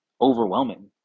overwhelming